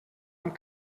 amb